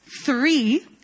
three